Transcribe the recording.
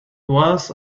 was